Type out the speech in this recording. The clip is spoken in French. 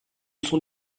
sont